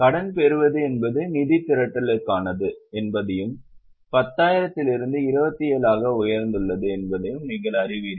கடன் பெறுவது என்பது நிதி திரட்டலுக்கானது என்பதையும் 10000 இலிருந்து 27 ஆக உயர்ந்துள்ளது என்பதையும் நீங்கள் அறிவீர்கள்